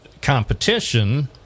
Competition